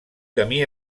camí